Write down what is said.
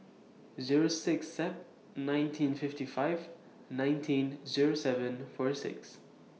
Zero six Sep nineteen fifty five nineteen Zero seven four six